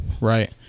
right